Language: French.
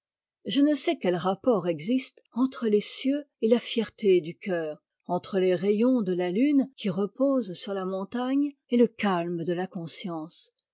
je ne sais quel rapport existé entre les cieux et la fierté du coeur entre les rayons de la lune qui reposent sur la montagne et le calme de la conscience